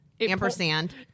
Ampersand